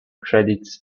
credits